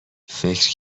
فکر